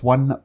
One